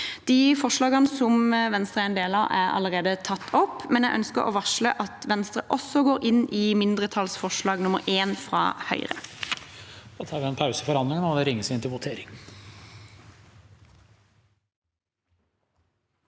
De forslagene Venstre er med på, er allerede tatt opp, men jeg ønsker å varsle at Venstre også går inn i mindretallsforslag nr. 1, fra Høyre.